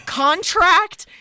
contract